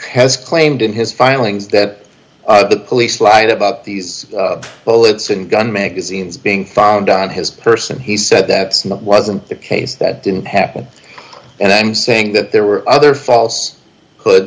has claimed in his final ings that the police lied about these bullets and gun magazines being found on his person he said that wasn't the case that didn't happen and i'm saying that there were other fal